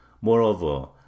Moreover